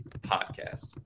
podcast